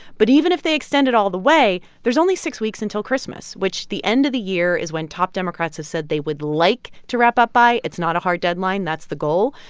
but even if they extend it all the way, there's only six weeks until christmas, which the end of the year is when top democrats have said they would like to wrap up by. it's not a hard deadline. that's the goal.